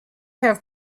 have